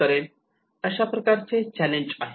अशा प्रकारचे चॅलेंज आहे